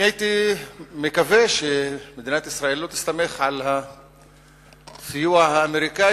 אני מקווה שמדינת ישראל לא תסתמך על הסיוע האמריקני